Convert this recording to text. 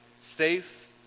safe